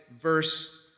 verse